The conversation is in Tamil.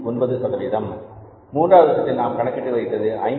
90 சதவீதம் மூன்றாவது விஷயத்தில் நம் கணக்கிட்டு வைத்தது 51